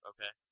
Okay